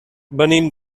venim